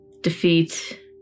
defeat